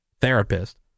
therapist